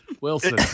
Wilson